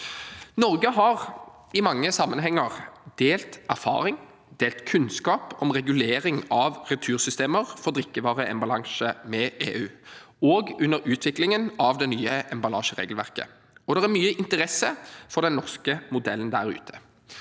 Norge har i mange sammenhenger delt erfaring fra og kunnskap om regulering av retursystemer for drikkevareemballasje med EU, også under utviklingen av det nye emballasjeregelverket. Det er mye interesse for den norske modellen der ute.